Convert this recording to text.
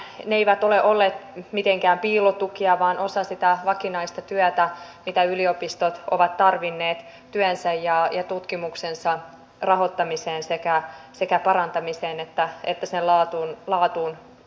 nämä apteekkimaksuthan eivät ole olleet mitään piilotukia vaan osa sitä vakinaista työtä mitä yliopistot ovat tarvinneet työnsä ja tutkimuksensa rahoittamiseen sekä sen parantamiseen että sen laadun kohentamiseen